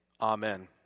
Amen